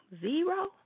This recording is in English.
zero